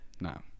no